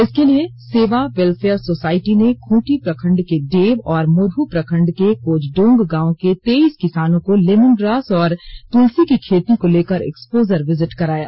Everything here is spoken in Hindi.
इसके लिए सेवा वेलफेयर सोसाईटी ने खूंटी प्रखंड के डेव और मुरहू प्रखंड के कोजडोंग गांव के तेईस किसानों को लेमनग्रास और तुलसी की खेती को लेकर एक्सपोजर विजिट कराया